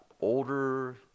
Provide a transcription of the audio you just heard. older